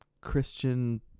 christian